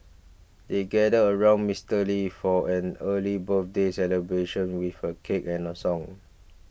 they gathered around Mister Lee for an early birthday celebration with a cake and a song